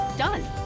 done